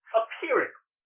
appearance